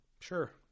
Sure